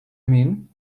mean